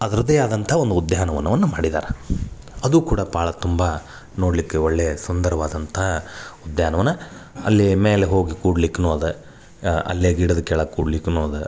ಅದರದ್ದೇ ಆದಂಥ ಒಂದು ಉದ್ಯಾನವನವನ್ನು ಮಾಡಿದಾರೆ ಅದು ಕೂಡ ಭಾಳ ತುಂಬ ನೋಡಲಿಕ್ಕೆ ಒಳ್ಳೆಯ ಸುಂದರವಾದಂಥ ಉದ್ಯಾನವನ ಅಲ್ಲಿ ಮೇಲೆ ಹೋಗಿ ಕೂಡ್ಲಿಕ್ಕೂ ಅದ ಅಲ್ಲೇ ಗಿಡದ ಕೆಳಗೆ ಕೂಡ್ಲಿಕ್ಕೂ ಅದ